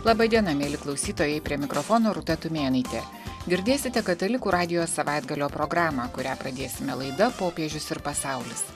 laba diena mieli klausytojai prie mikrofono rūta tumėnaitė girdėsite katalikų radijo savaitgalio programą kurią pradėsime laida popiežius ir pasaulis